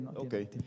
Okay